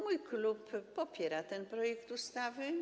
Mój klub popiera ten projekt ustawy.